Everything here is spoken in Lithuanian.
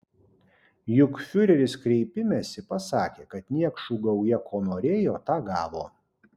juk fiureris kreipimesi pasakė kad niekšų gauja ko norėjo tą gavo